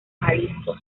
jalisco